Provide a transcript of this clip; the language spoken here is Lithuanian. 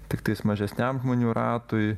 tiktais mažesniam žmonių ratui